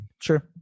Sure